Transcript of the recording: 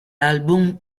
album